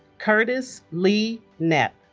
curtis lee knepp